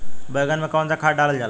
बैंगन में कवन सा खाद डालल जाला?